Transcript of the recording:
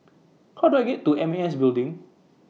How Do I get to M A S Building